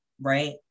right